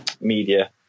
media